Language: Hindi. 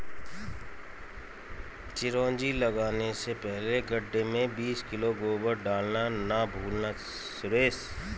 चिरौंजी लगाने से पहले गड्ढे में बीस किलो गोबर डालना ना भूलना सुरेश